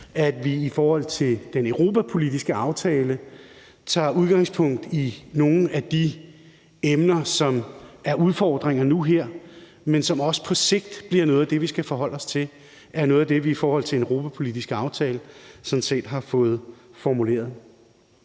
at vi i forhold til den europapolitiske aftale tager udgangspunkt i nogle af de emner, som er udfordringer nu og her, men som også på sigt bliver noget af det, vi skal forholde os til er noget af det vi i forhold til en europapolitisk aftale sådan set har fået formuleret.